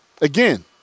Again